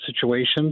situations